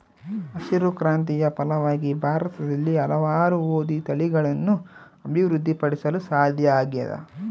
ಹಸಿರು ಕ್ರಾಂತಿಯ ಫಲವಾಗಿ ಭಾರತದಲ್ಲಿ ಹಲವಾರು ಗೋದಿ ತಳಿಗಳನ್ನು ಅಭಿವೃದ್ಧಿ ಪಡಿಸಲು ಸಾಧ್ಯ ಆಗ್ಯದ